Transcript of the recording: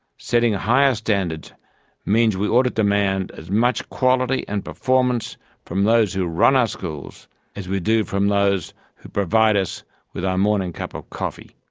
setting higher standards means we ought to demand as much quality and performance from those who run our schools as we do from those who provide us with our morning cup of coffee.